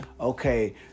okay